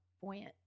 buoyant